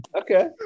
Okay